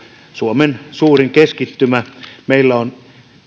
suomen suurin metallurgisen teollisuuden keskittymä meillä on